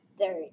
third